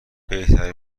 بهترین